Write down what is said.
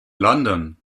london